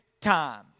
time